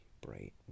bright